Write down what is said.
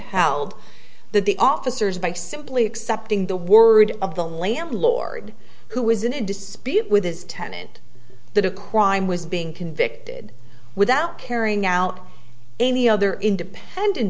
held that the officers by simply accepting the word of the landlord who was in a dispute with his tenant that a crime was being convicted without carrying out any other independent